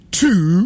two